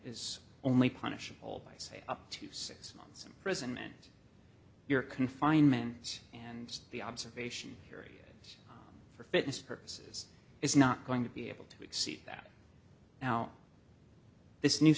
is only punishable by say up to six months imprisonment your confinement and the observation area for fitness purposes is not going to be able to exceed that now this new